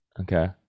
okay